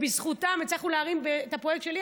בזכותם הצלחנו להרים את הפרויקט שלי,